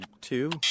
two